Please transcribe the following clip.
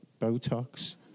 Botox